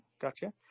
gotcha